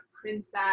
princess